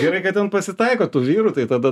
gerai kad ten pasitaiko tų vyrų tai tada